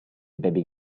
baby